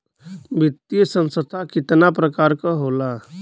वित्तीय संस्था कितना प्रकार क होला?